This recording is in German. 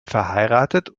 verheiratet